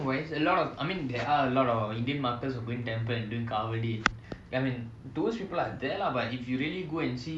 whereas a lot of I mean there are a lot unique markers kavadi I mean those people are there lah but if you really go and see